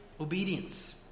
obedience